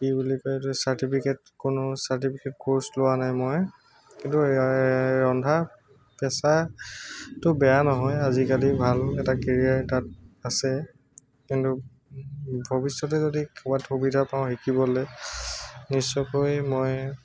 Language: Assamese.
কি বুলি কয় এইটো চাৰ্টিফিকেট কোনো চাৰ্টিফিকেট কৰ্চ লোৱা নাই মই কিন্তু ৰন্ধা পেচাটো বেয়া নহয় আজিকালি ভাল এটা কেৰিয়াৰ তাত আছে কিন্তু ভৱিষ্যতে যদি ক'ৰবাত সুবিধা পাওঁ শিকিবলৈ নিশ্চয়কৈ মই